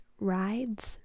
rides